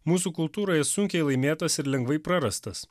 mūsų kultūroje sunkiai laimėtas ir lengvai prarastas